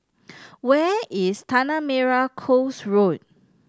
where is Tanah Merah Coast Road